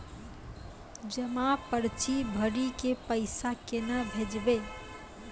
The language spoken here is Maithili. जमा पर्ची भरी के पैसा केना भेजबे?